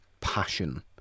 passion